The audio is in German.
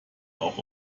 auch